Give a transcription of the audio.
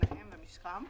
תנאיהם ומשכם,